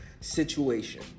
situation